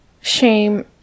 shame